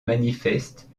manifeste